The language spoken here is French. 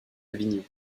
avignon